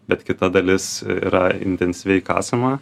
bet kita dalis yra intensyviai kasama